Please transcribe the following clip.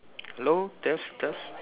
hello test test